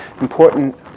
important